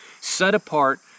set-apart